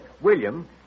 William